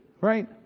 Right